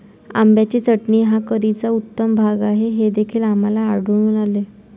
आंब्याची चटणी हा करीचा उत्तम भाग आहे हे देखील आम्हाला आढळून आले